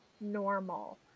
normal